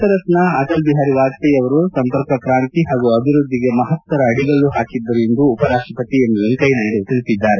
ಭಾರತ ರತ್ನ ಅಟಲ್ ಬಿಹಾರಿ ವಾಜಪೇಯಿ ಅವರು ಸಂಪರ್ಕ ಕ್ರಾಂತಿ ಹಾಗೂ ಅಭಿವೃದ್ಧಿಗೆ ಮಹತ್ತರ ಅಡಿಗಲ್ಲು ಹಾಕಿದ್ದರು ಎಂದು ಉಪರಾಷ್ಟಪತಿ ಎಂ ವೆಂಕಯ್ಯನಾಯ್ಡ ಹೇಳಿದ್ದಾರೆ